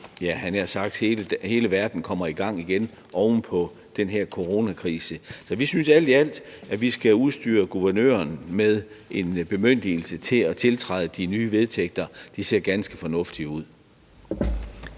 jeg havde nær sagt hele verden kommer i gang igen oven på den her coronakrise. Vi synes alt i alt, at vi skal udstyre guvernøren med en bemyndigelse til at tiltræde de nye vedtægter; de ser ganske fornuftige ud.